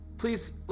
Please